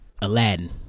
Aladdin